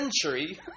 century